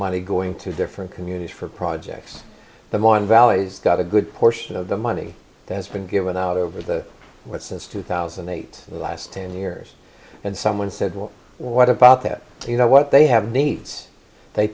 money going to different communities for projects the more and valleys got a good portion of the money that has been given out over the what since two thousand and eight in the last ten years and someone said well what about that you know what they have needs they